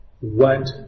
went